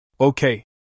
Okay